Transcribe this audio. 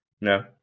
No